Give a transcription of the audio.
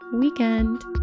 weekend